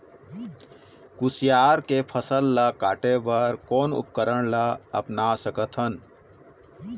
कुसियार के फसल ला काटे बर कोन उपकरण ला अपना सकथन?